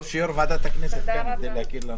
תודה רבה.